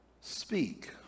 speak